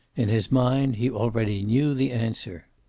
in his mind, he already knew the answer.